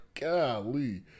golly